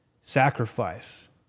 sacrifice